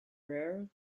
rare